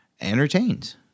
entertained